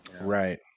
Right